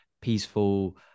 peaceful